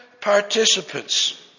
participants